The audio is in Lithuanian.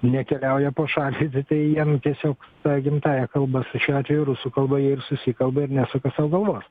nekeliauja po šalį tai tai jie nu tiesiog gimtąja kalba su šiuo atveju rusų kalba jie ir susikalba ir nesuka sau galvos